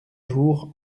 jours